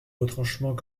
retranchements